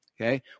okay